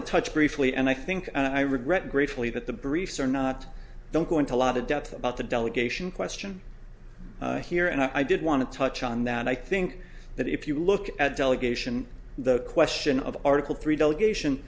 to touch briefly and i think and i regret gratefully that the briefs are not don't go into a lot of depth about the delegation question here and i did want to touch on that i think that if you look at delegation the question of article three delegation